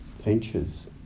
ventures